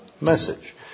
message